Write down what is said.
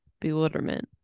Bewilderment